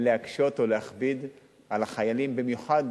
או להקשות, או להכביד על החיילים, במיוחד